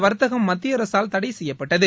வர்த்தகம் மத்திய அரசால் தடை செய்யப்பட்டது